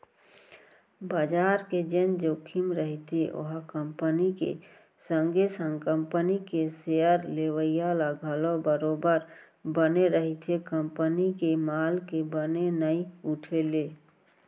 बजार के जेन जोखिम रहिथे ओहा कंपनी के संगे संग कंपनी के सेयर लेवइया ल घलौ बरोबर बने रहिथे कंपनी के माल के बने नइ उठे ले